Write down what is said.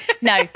No